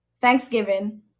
Thanksgiving